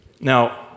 Now